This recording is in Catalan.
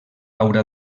haurà